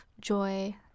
joy